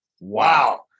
Wow